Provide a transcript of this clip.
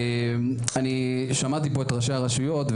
אני שמעתי פה את ראשי הרשויות,